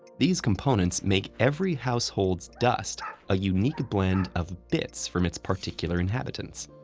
these components make every household's dust a unique blend of bits from its particular inhabitants.